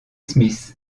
smith